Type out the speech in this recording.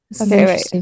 Okay